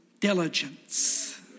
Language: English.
diligence